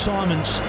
Simons